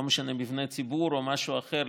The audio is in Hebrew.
לא משנה מבני ציבור או משהו אחר,